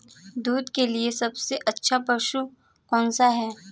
दूध के लिए सबसे अच्छा पशु कौनसा है?